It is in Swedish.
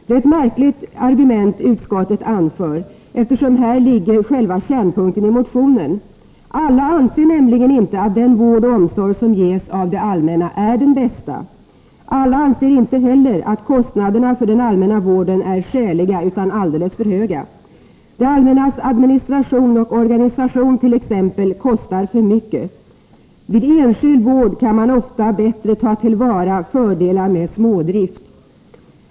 Det är ett märkligt argument utskottet anför, eftersom det är här som själva kärnpunkten i motionen ligger. Alla anser nämligen inte att den vård och omsorg som ges av det allmänna är den bästa. Alla anser inte heller att kostnaderna för den allmänna vården är skäliga, utan att de är alldeles för höga. Det allmännas administration och organisation t.ex. kostar för mycket. Vid enskild vård kan man ofta bättre ta till vara fördelar med smådrift.